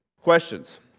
Questions